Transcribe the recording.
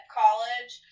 college